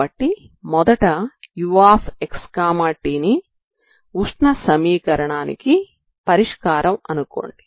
కాబట్టి మొదట uxt ని ఉష్ణ సమీకరణానికి పరిష్కారం అనుకోండి